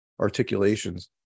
articulations